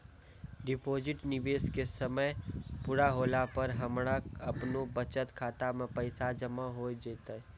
Deposit निवेश के समय पूरा होला पर हमरा आपनौ बचत खाता मे पैसा जमा होय जैतै?